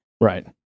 Right